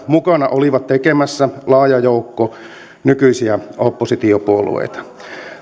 mukana tekemässä laaja joukko nykyisiä oppositiopuolueita